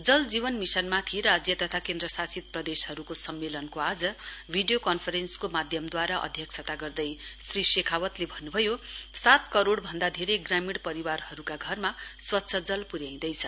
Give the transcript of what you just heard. जल जीवन मिशनमाथि राज्य तथा केन्द्रशासित प्रदेशहरूको सम्मेलनको आज भिडियो कन्फरेन्सको माध्यमद्वारा अध्यक्षता गर्दै श्री शेखावतले भन्नुभयो सात करोड़ भन्दा धेरै ग्रामीण परिवारहरूका घरमा स्वच्छ जल पुयाँइदैछ